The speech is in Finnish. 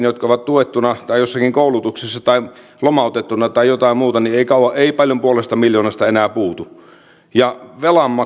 jotka ovat tuettuna tai jossakin koulutuksessa tai lomautettuna tai jotain muuta niin ei paljon puolesta miljoonasta enää puutu ja